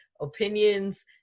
opinions